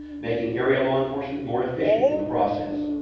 making area law enforcement more efficient in the process.